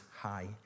high